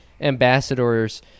ambassadors